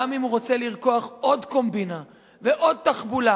גם אם הוא רוצה לרקוח עוד קומבינה ועוד תחבולה,